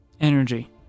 energy